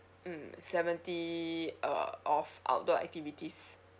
mm like seventy uh of outdoor activities